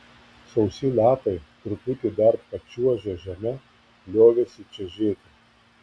sausi lapai truputį dar pačiuožę žeme liovėsi čežėti